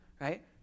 Right